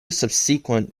subsequent